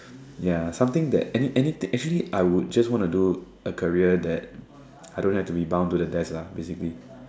ya something that any any actually I would just want to do a career that I don't have to be bound to the desk lah basically